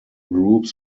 groups